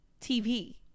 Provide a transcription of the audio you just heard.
tv